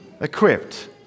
equipped